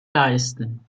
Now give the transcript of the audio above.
leisten